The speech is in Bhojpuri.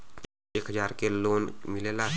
एक हजार के लोन मिलेला?